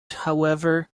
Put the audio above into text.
however